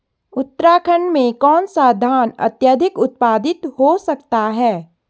उत्तराखंड में कौन सा धान अत्याधिक उत्पादित हो सकता है?